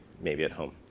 maybe at home.